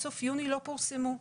מסוף חודש יוני לא פורסמו נתונים.